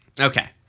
Okay